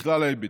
ובכל ההיבטים,